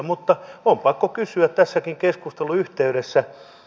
mutta on pakko kysyä tässäkin keskustelun yhteydessä